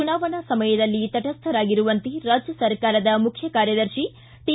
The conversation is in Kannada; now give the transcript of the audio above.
ಚುನಾವಣಾ ಸಮಯದಲ್ಲಿ ತಟಸ್ವರಾಗಿರುವಂತೆ ರಾಜ್ಯ ಸರ್ಕಾರದ ಮುಖ್ಯ ಕಾರ್ಯದರ್ಶಿ ಟಿ